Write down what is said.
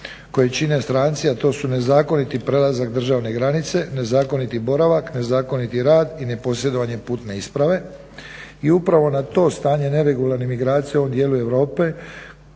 koji čine stranci, a tu su nezakoniti prelazak državne granice, nezakoniti boravak, nezakoniti rad i neposjedovanje putne isprave. I upravo na to stanje neregularne migracije u ovom dijelu Europe